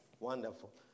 Wonderful